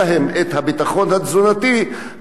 יש המחלות האלה,